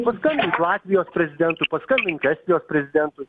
paskambink latvijos prezidentui paskambink estijos prezidentui